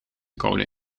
code